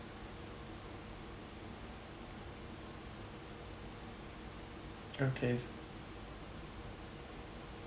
okay s~